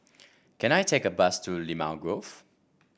can I take a bus to Limau Grove